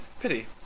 Pity